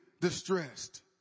distressed